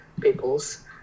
peoples